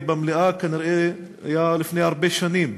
במליאה הייתה כנראה לפני הרבה שנים.